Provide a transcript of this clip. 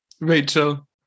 Rachel